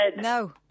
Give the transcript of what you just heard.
No